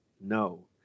no